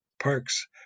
parks